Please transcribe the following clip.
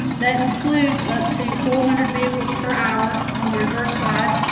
that includes up to four hundred vehicles per hour on the reverse side.